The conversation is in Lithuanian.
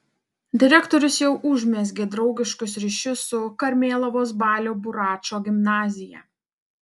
direktorius jau užmezgė draugiškus ryšius su karmėlavos balio buračo gimnazija